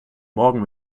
morgen